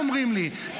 הם אומרים לי,